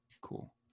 cool